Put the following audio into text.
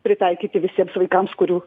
pritaikyti visiems vaikams kurių